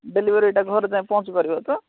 delivery ଏଇଟା ଘରେ ଯାଏଁ ପହଞ୍ଚିପାରିବ ତ